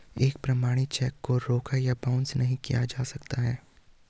एक प्रमाणित चेक को रोका या बाउंस नहीं किया जा सकता है